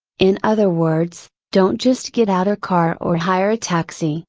in other words, don't just get out a car or hire a taxi,